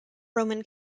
roman